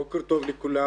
בוקר טוב לכולם.